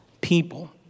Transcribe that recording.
people